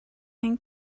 and